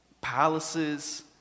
palaces